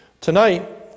Tonight